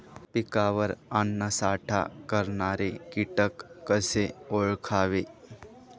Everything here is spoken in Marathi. पिकावर अन्नसाठा करणारे किटक कसे ओळखावे?